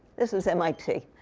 this is mit.